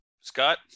Scott